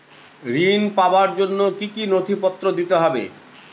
ঋণ পাবার জন্য কি কী নথিপত্র দিতে হবে?